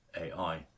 AI